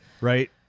Right